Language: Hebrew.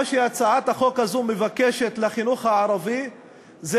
מה שהצעת החוק הזו מבקשת לחינוך הערבי זה